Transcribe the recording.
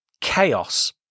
chaos